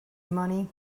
money